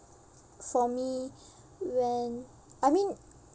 for me when I mean